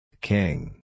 King